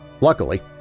Luckily